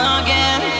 again